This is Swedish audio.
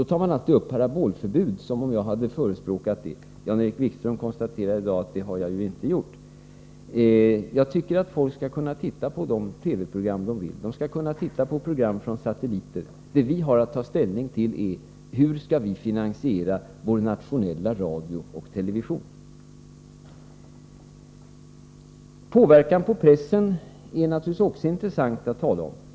Då talar man alltid om parabolförbud, som om jag hade förespråkat det. Jan-Erik Wikström har i dag konstaterat att jag inte har gjort det. Jag tycker att folk skall kunna se på de program de vill, även program från satellitsändningar. Vad vi här skall ta ställning till är hur vi skall kunna finansiera vår nationella radio och TV. Påverkan på pressen är en fråga som det naturligtvis också är intressant att tala om.